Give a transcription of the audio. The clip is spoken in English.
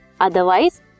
otherwise